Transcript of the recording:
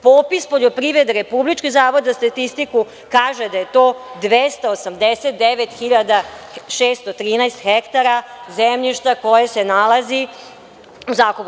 Popis poljoprivrede, Republički zavod za statistiku kaže da je to 289.613 hektara zemljišta koje se nalazi u zakupu.